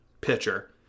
pitcher